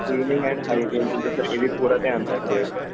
cleaning and hygienic ਦਾ sir ਇਹ ਵੀ ਪੂਰਾ ਧਿਆਨ ਰੱਖਦੇ ਹੈ ਸਰ